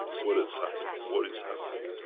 what has happened, what is happening,